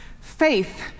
faith